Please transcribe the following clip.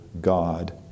God